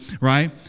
Right